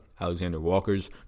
Alexander-Walker's